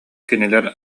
кинилэр